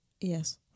Yes